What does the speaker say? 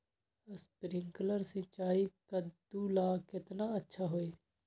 Sprinkler सिंचाई कददु ला केतना अच्छा होई?